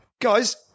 guys